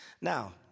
Now